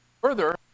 Further